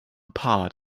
part